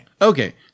Okay